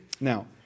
now